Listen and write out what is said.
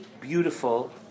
beautiful